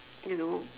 you know